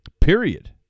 period